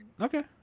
Okay